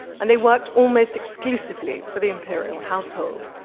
and they worked almost exclusively for the imperial household.